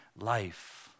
life